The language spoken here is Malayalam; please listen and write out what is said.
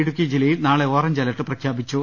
ഇടുക്കി ജില്ലയിൽ നാളെ ഓറഞ്ച് അലർട്ട് പ്രഖ്യാ പിച്ചു